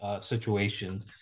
situation